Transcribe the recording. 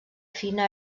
fina